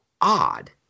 odd